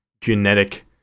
genetic